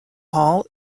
hall